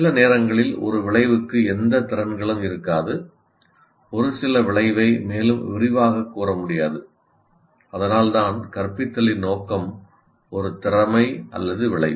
சில நேரங்களில் ஒரு விளைவுக்கு எந்த திறன்களும் இருக்காது ஒரு சில விளைவை மேலும் விரிவாகக் கூற முடியாது அதனால்தான் கற்பித்தலின் நோக்கம் ஒரு திறமை அல்லது விளைவு